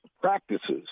practices